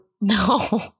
no